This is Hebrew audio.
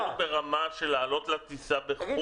-- אפילו ברמה של לעלות לטיסה -- תגיד,